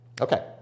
Okay